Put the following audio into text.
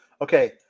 Okay